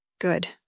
Good